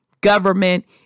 government